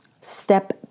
Step